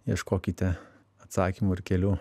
ieškokite atsakymų ir kelių